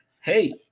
Hey